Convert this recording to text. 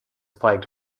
plagued